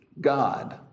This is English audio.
god